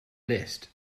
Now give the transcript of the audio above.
list